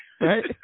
right